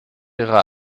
ihrer